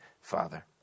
father